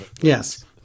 Yes